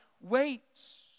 waits